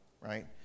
right